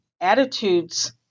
attitudes